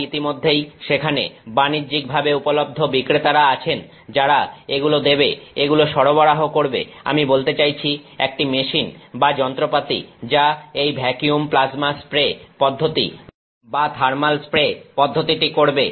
তাই ইতিমধ্যেই সেখানে বাণিজ্যিকভাবে উপলব্ধ বিক্রেতারা আছেন যারা এগুলো দেবে এগুলো সরবরাহ করবে আমি বলতে চাইছি একটি মেশিন বা যন্ত্রপাতি যা এই ভ্যাকিউম প্লাজমা স্প্রে পদ্ধতি বা থার্মাল স্প্রে পদ্ধতিটি করবে